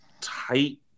tight